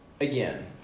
again